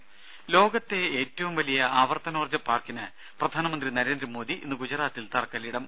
ദേദ ലോകത്തെ ഏറ്റവും വലിയ ആവർത്തനോർജ്ജ പാർക്കിന് പ്രധാനമന്ത്രി നരേന്ദ്രമോദി ഇന്ന് ഗുജറാത്തിൽ തറക്കല്ലിടും